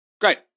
Great